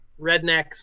rednecks